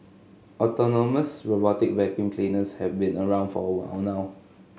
autonomous robotic vacuum cleaners have been around for a while now